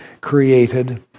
created